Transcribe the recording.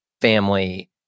family